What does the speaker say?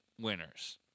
Winners